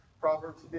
Proverbs